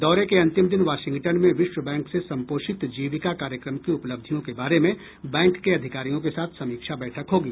दौरे के अन्तिम दिन वाशिंगटन में विश्वबैंक से सम्पोषित जीविका कार्यक्रम की उपलब्धियों के बारे में बैंक के अधिकारियोंके साथ समीक्षा बैठक होगी